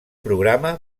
programa